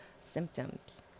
symptoms